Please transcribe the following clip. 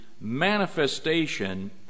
manifestation